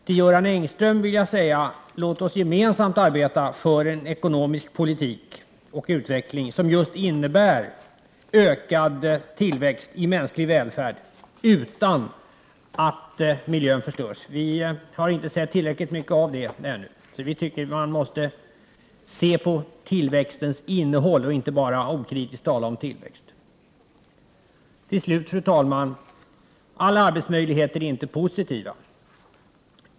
Till Göran Engström vill jag säga att låt oss gemensamt arbeta för en ekonomisk politik och utveckling som just innebär ökad tillväxt i mänsklig välfärd, utan att miljön förstörs. Vi har inte sett tillräckligt av det ännu. Vi tycker att man måste se på tillväxtens innehåll och inte bara okritiskt tala om tillväxt. Fru talman! Avslutningsvis vill jag säga att alla arbetsmöjligheter inte är positiva.